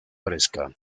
fresca